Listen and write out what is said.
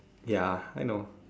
ya I know